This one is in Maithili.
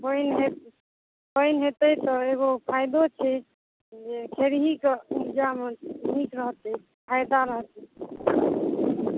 पानि हेतै त एगो फायदो छै जे खेरी के उपजा मे नीक रहतै फायदा रहतै